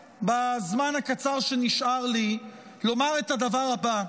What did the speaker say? בזמן הקצר שנשאר לי אני מבקש לומר את הדבר הבא,